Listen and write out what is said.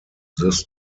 this